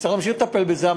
צריך להמשיך לטפל בזה.